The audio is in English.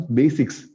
basics